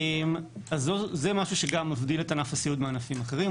זה משהו שגם מבדיל את ענף הסיעוד מענפים אחרים,